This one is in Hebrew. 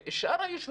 שאר היישובים,